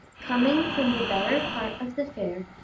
coming from the better part of the fair,